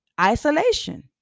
Isolation